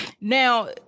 now